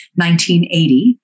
1980